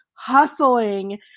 Hustling